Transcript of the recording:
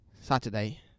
Saturday